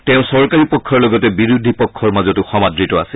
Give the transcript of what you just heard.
তেওঁ চৰকাৰী পক্ষৰ লগতে বিৰোধী পক্ষৰ মাজতো সমাদৃত আছিল